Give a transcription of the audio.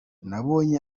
nabonye